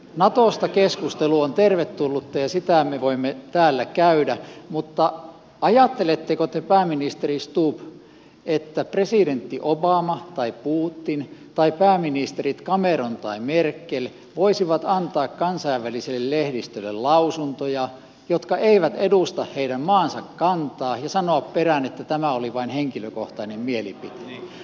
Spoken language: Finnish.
natosta keskustelu on tervetullutta ja sitä me voimme täällä käydä mutta ajatteletteko te pääministeri stubb että presidentit obama ja putin tai pääministerit cameron ja merkel voisivat antaa kansainväliselle lehdistölle lausuntoja jotka eivät edusta heidän maansa kantaa ja sanoa perään että tämä oli vain henkilökohtainen mielipiteeni